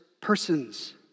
persons